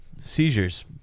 Seizures